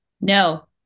No